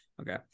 okay